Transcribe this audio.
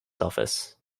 office